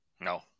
No